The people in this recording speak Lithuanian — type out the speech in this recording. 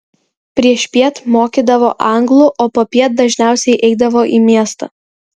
priešpiet mokydavo anglų o popiet dažniausiai eidavo į miestą